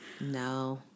No